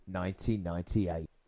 1998